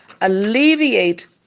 alleviate